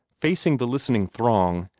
facing the listening throng,